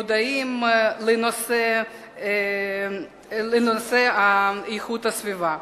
מודעים לנושא איכות הסביבה.